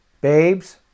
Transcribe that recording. babes